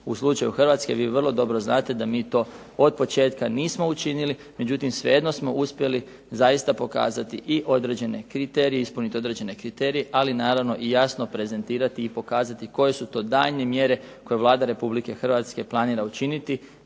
U slučaju Hrvatske vi vrlo dobro znate da mi to od početka nismo učinili, međutim svejedno smo uspjeli zaista pokazati i određene kriterije, ispuniti određene kriterije ali naravno i jasno prezentirati i pokazati koje su to daljnje mjere koje Vlada Republike Hrvatske planira učiniti